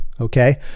okay